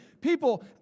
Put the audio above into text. people